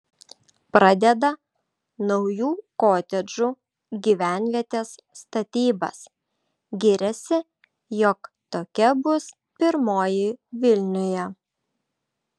pradeda naujų kotedžų gyvenvietės statybas giriasi jog tokia bus pirmoji vilniuje